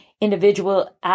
individual